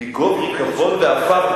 "מגוב ריקבון ועפר,